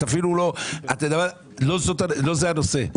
לא זה הנושא.